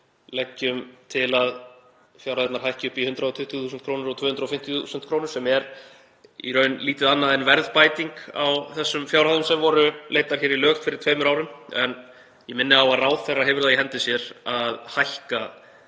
leggjum til að fjárhæðirnar hækki upp í 120.000 kr. og 250.000 kr. sem er í raun lítið annað en verðbæting á þessum fjárhæðum sem voru leiddar í lög fyrir tveimur árum. En ég minni á að ráðherra hefur það í hendi sér að hækka